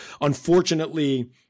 unfortunately